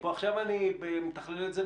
עכשיו אני מתכלל את זה,